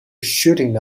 shooting